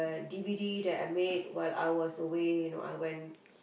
D_V_D that I made while I was away you know I went